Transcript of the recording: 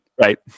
right